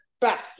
back